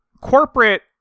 corporate